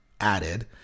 added